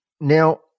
Now